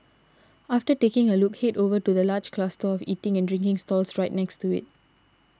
after taking a look head over to the large cluster of eating and drinking stalls right next to it